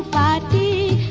da